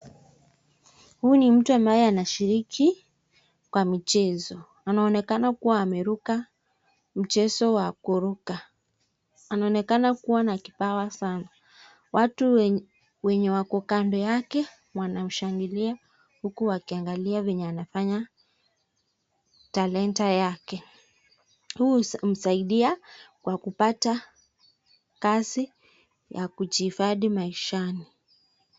Huyu ni mtu ambaye anashiriki kwa michezo. Anaonekana kuwa ameruka mchezo wa kuruka. Anaonekana kuwa na kipawa sana. Watu wenye wako kando yake wanamshangilia huku wakiangalia venye anafanya talanta yake. Huu humsaidia kwa kupata kazi ya kujihifadhi maishani.